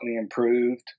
improved